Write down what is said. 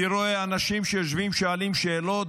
אני רואה אנשים יושבים ששואלים שאלות,